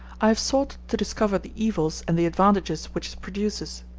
i have sought to discover the evils and the advantages which produces.